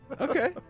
Okay